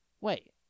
Wait